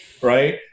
right